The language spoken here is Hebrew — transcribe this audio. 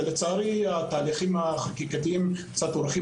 ולצערי התהליכים החקיקתיים קצת אורכים